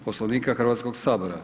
Poslovnika Hrvatskog sabora.